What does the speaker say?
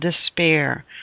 despair